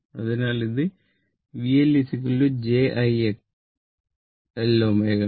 അതിനാൽ ഇത് VL j I L ω ആണ്